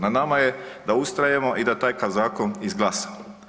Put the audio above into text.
Na nama je da ustrajemo i da takav zakon izglasamo.